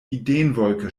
ideenwolke